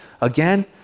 again